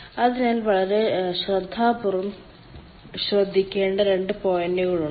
അതിനാൽ വളരെ ശ്രദ്ധാപൂർവ്വം ശ്രദ്ധിക്കേണ്ട 2 പോയിന്റുകൾ ഉണ്ട്